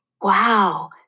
Wow